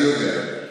אני יודע.